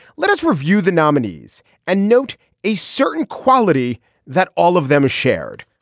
let us review the nominees and note a certain quality that all of them shared.